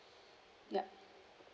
yup